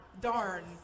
Darn